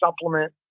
supplement